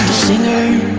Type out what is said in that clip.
singer